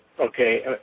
okay